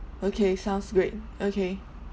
okay sounds great okay